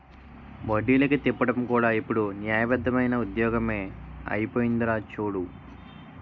వడ్డీలకి తిప్పడం కూడా ఇప్పుడు న్యాయబద్దమైన ఉద్యోగమే అయిపోందిరా చూడు